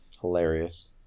Hilarious